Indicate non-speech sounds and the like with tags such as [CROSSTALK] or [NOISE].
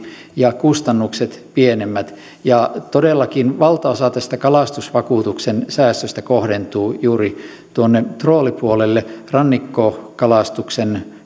ja kustannukset pienemmät todellakin valtaosa tästä kalastusvakuutuksen säästöstä kohdentuu juuri tuonne troolipuolelle rannikkokalastuksen [UNINTELLIGIBLE]